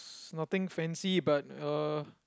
is nothing fancy but uh